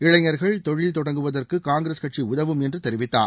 இளைஞர்கள் தொழில் தொடங்குவதற்க காங்கிரஸ் கட்சி உதவும் என்று தெரிவித்தார்